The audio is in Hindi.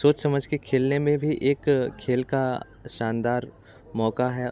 सोच समझ के खेलने में भी एक खेल का शानदार मौक़ा है